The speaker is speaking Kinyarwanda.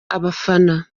abafana